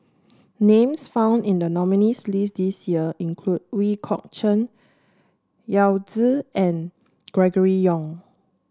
names found in the nominees' list this year include Ooi Kok Chuen Yao Zi and Gregory Yong